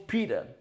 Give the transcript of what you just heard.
Peter